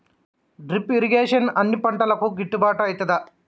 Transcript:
Drip irrigation అన్ని పంటలకు గిట్టుబాటు ఐతదా?